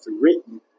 written